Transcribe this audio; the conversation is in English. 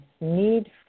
need